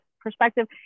perspective